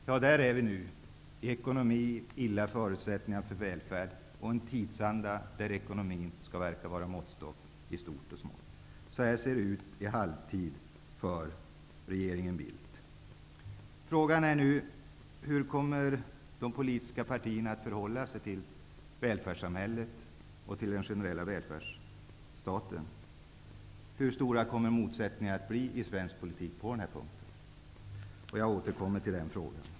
Så har vi det nu, med dåliga förutsättningar för välfärd och en tidsanda där ekonomin skall vara måttstock i stort och i smått. Så här ser det ut i halvtid för regeringen Bildt. Frågan är nu hur de politiska partierna kommer att förhålla sig till den generella välfärden och till välfärdssamhället. Hur stora kommer motsättningarna att bli i svensk politik på den här punkten? Jag återkommer till den frågan.